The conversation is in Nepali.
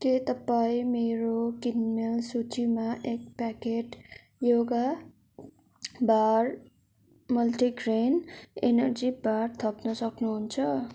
के तपाईँ मेरो किनमेल सूचीमा एक packet yoga bar multigrain energy bar थप्न सक्नुहुन्छ